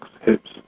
hips